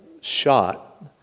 shot